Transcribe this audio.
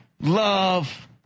love